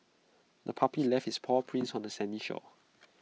the puppy left its paw prints on the sandy shore